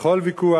בכל ויכוח,